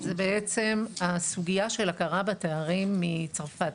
זה בעצם הסוגייה של הכרה בתארים מצרפת.